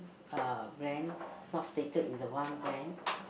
uh brand not stated in the one brand